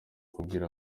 kubwira